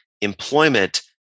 employment